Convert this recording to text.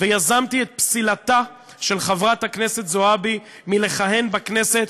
ויזמתי את פסילתה של חברת הכנסת זועבי מלכהן בכנסת,